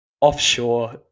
offshore